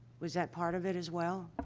was that part of it, as well?